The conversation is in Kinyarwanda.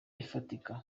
ifatika